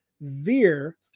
veer